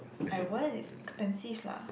I won't it's expensive lah